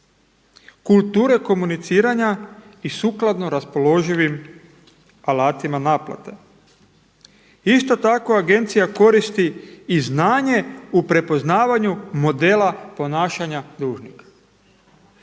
kulture komuniciranja i sukladno raspoloživim alatima naplate. Isto tako agencija koristi i znanje u prepoznavanju modela ponašanja dužnika.